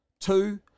Two